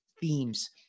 themes